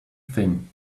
thing